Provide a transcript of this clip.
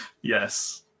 Yes